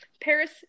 Paris